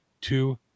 two